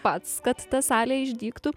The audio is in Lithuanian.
pats kad ta salė išdygtų